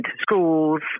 schools –